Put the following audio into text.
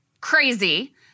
crazy